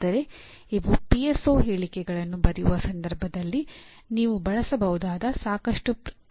ಆದರೆ ಇವು ಪಿಎಸ್ಒ ಹೇಳಿಕೆಗಳನ್ನು ಬರೆಯುವ ಸಂದರ್ಭದಲ್ಲಿ ನೀವು ಬಳಸಬಹುದಾದ ಸಾಕಷ್ಟು ಕ್ರಿಯಾಪದಗಳಾಗಿವೆ